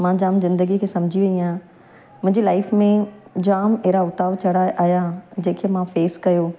मां जाम ज़िंदगीअ खे सम्झी वई आहियां मुंहिंजी लाइफ में जाम अहिड़ा उतार चढ़ाव आया जंहिंखे मां फेस कयो